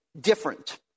different